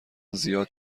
زیاد